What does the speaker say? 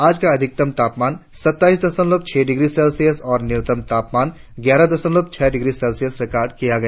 आज का अधिकतम तापमान सत्ताईस दशमलव छह डिग्री सेल्सियस और न्यूनतम तापमान ग्यारह दशमलव छह डिग्री सेल्सियस रिकार्ड किया गया